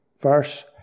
verse